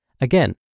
Again